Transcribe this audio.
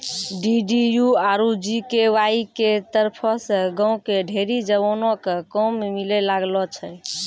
DDU आरु GKY के तरफो से गांव के ढेरी जवानो क काम मिलै लागलो छै